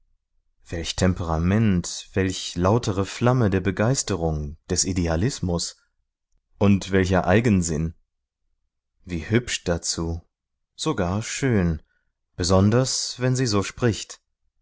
welch temperament welch lautere flamme der begeisterung des idealismus und welcher eigensinn wie hübsch dazu sogar schön besonders wenn sie so spricht